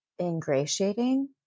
ingratiating